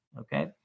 Okay